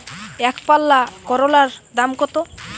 একপাল্লা করলার দাম কত?